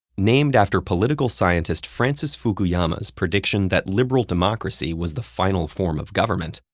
named after political scientist francis fukuyama's prediction that liberal democracy was the final form of government,